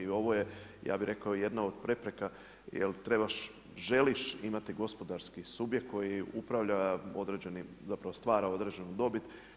I ovo je ja bih rekao i jedna od prepreka jer trebaš, želiš imati gospodarski subjekt koji upravlja određenim, zapravo stvara određenu dobit.